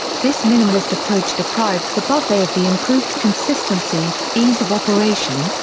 this minimalist approach deprived the buffet of the improved consistency, ease of operation,